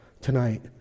tonight